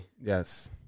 Yes